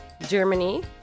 Germany